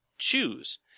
choose